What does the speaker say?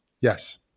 Yes